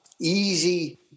easy